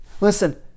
Listen